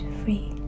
free